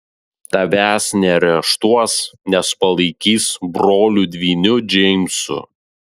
tavęs neareštuos nes palaikys broliu dvyniu džeimsu